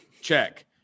check